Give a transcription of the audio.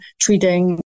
treating